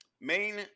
main